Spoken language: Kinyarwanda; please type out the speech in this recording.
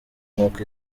nkuko